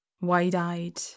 wide-eyed